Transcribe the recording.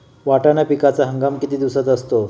वाटाणा पिकाचा हंगाम किती दिवसांचा असतो?